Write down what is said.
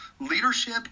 leadership